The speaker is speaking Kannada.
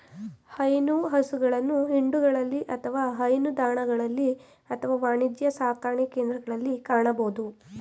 ಹೈನು ಹಸುಗಳನ್ನು ಹಿಂಡುಗಳಲ್ಲಿ ಅಥವಾ ಹೈನುದಾಣಗಳಲ್ಲಿ ಅಥವಾ ವಾಣಿಜ್ಯ ಸಾಕಣೆಕೇಂದ್ರಗಳಲ್ಲಿ ಕಾಣಬೋದು